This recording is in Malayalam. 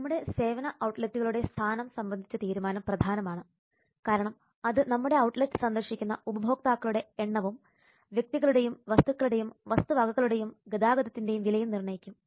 നമ്മുടെ സേവന ഔട്ട്ലെറ്റുകളുടെ സ്ഥാനം സംബന്ധിച്ച തീരുമാനം പ്രധാനമാണ് കാരണം അത് നമ്മുടെ ഔട്ട്ലെറ്റ് സന്ദർശിക്കുന്ന ഉപഭോക്താക്കളുടെ എണ്ണവും വ്യക്തികളുടെയും വസ്തുക്കളുടെയും വസ്തുവകകളുടെയും ഗതാഗതത്തിന്റെയും വിലയും നിർണ്ണയിക്കും